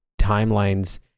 timelines